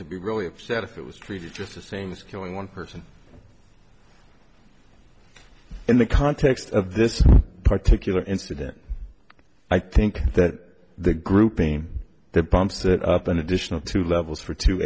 to be really upset if it was treated just as things killing one person in the context of this particular incident i think that the grouping the bumps it up an additional two levels for two